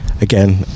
again